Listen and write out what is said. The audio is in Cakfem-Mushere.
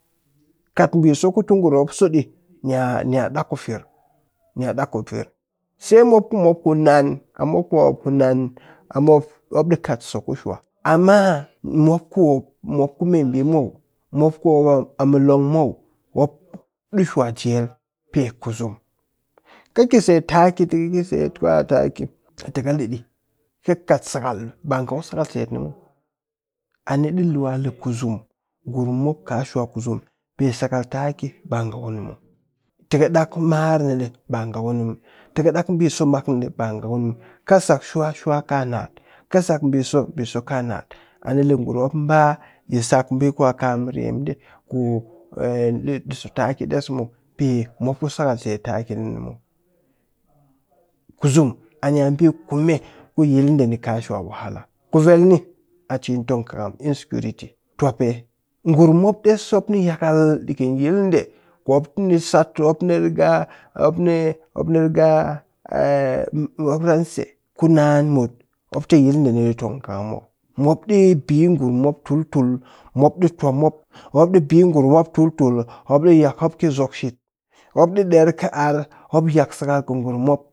Kat ɓiso ku tɨ nguum mop so ɗi nya ɗak ku firr, nya ɗak ku firr se mop ku mop kunan a mop ku mop ku nan a mop mop ɗi kat so ku shwa amma mop ku mop ku meɓi muw mop ku mop a mu long muw mop ɗi shwa jel pe kusum kɨ ki set taki tɨ kɨ ki kwa taki tɨ kale ɗi kɨ kat sakal ba nga ku sakal setni muw ani ɗi wa le kusum, ngurum mop ka shwa kusum sakal taki ba nga kuni muw tɨ kɨ ɗak mar ni ba nga kuni muw tɨ kɨ ɗak ɓiso ni ɗii, ba nga kuni muw, kɨ sak shwa shwa ka nat, kɨ sak biso ka nat anile pak ngurum mop ba yi sak ɓi ku nya ka mɨryem ɗe ku ɗi so taki ɗes muw pe mop ku sakal ku mop set taki ni muw. Kusum ani'a ɓi kume ku ngurum. mop ka shwa jel ku vel ni ani'a cin tongkɨkam, insecurity tuwape nguum mop ɗes mop ni yakal ɗikɨn yilɗe kumop ni sat tɨ mop ni riga mop ni riga mop ranse ku naan mut mop tɨ yilɗe ni tongkɨkam muw, mop ɗii ɓi ngurum mop tul tul mop ɗi tuwa mop, mop ɗi ɓi ngurum mop tul tul mop yak mop ɗi k sook mop ɗi ɗer kɨ arr mop yak sakal kɨ ngurum mop.